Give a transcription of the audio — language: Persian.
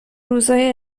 روزای